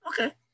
Okay